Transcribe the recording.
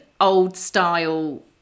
old-style